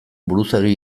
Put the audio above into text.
buruzagi